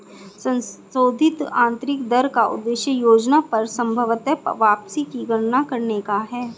संशोधित आंतरिक दर का उद्देश्य योजना पर संभवत वापसी की गणना करने का है